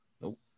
Nope